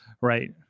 Right